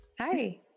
Hi